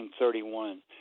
1931